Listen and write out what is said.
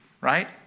right